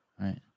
Right